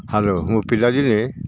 hello ମୁଁ ପିଲାଦିନେ